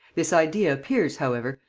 this idea appears, however,